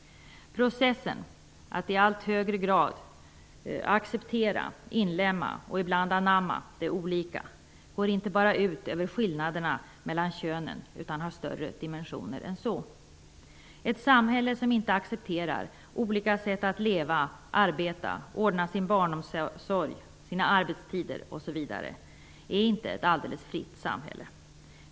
Processen att i allt högre grad acceptera, inlemma och ibland anamma det som är annorlunda går inte bara ut över skillnaderna mellan könen, utan har större dimensioner än så. Ett samhälle som inte accepterar olika sätt att leva, arbeta, ordna barnomsorg, arbetstider osv. är inte ett alldeles fritt samhälle.